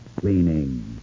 cleaning